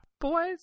boys